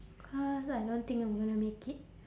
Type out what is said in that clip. cause I don't think I'm gonna make it